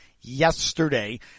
yesterday